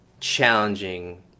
challenging